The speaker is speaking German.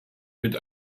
mit